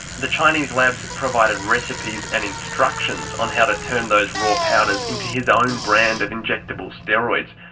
the chinese labs provided recipes and instructions on how to turn those raw powders into his own brand of injectable steroids,